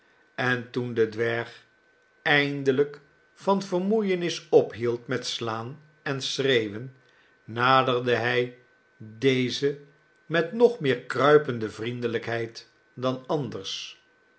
en toen de dwerg eindelijk van vermoeienis ophield met slaan en schreeuwen naderde hij dezen met nog meer kruipende vriendelijkheid dan anders